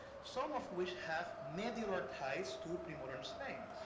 some of which have medular ties to premodern spain.